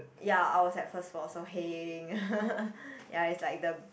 ya I was at first floor so heng ya it's like the